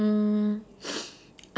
um